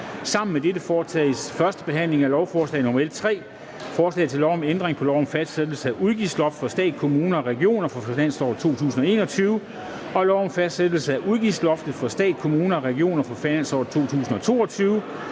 Sammen med dette punkt foretages: 4) 1. behandling af lovforslag nr. L 3: Forslag til lov om ændring af lov om fastsættelse af udgiftslofter for stat, kommuner og regioner for finansåret 2021, lov om fastsættelse af udgiftslofter for stat, kommuner og regioner for finansåret 2022